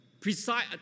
precise